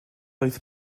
oedd